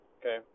Okay